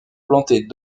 plantées